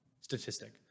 statistic